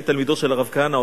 אני תלמידו של הרב כהנא,